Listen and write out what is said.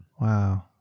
Wow